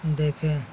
دیکھے